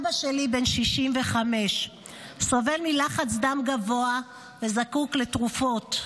אבא שלי בן 65, סובל מלחץ דם גבוה וזקוק לתרופות.